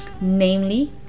namely